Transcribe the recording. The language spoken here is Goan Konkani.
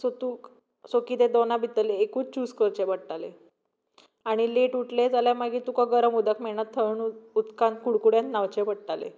सो तूं सो किदें दोना भितरलें एकूच चूज करचें पडटालें आनी लेट उठलें जाल्यार मागीर तुका गरम उदक मेळना थंड उदकान कुडकुड्यान न्हांवचें पडटालें